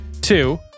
Two